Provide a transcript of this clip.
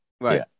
right